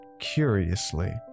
Curiously